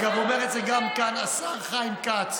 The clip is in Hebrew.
אגב, אומר את זה גם כאן השר חיים כץ.